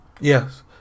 Yes